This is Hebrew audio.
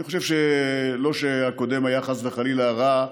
לא שהקודם היה חס וחלילה רע,